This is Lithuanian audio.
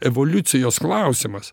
evoliucijos klausimas